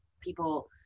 people